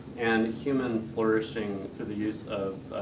and human flourishing through the use of,